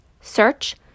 search